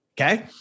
okay